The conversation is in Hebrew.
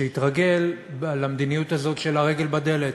שהתרגלו למדיניות הזאת של "הרגל בדלת".